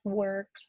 work